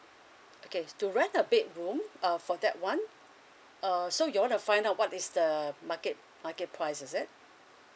okay to rent a bedroom uh for that one err so you wanna find out what is the market market price is it